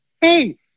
Hey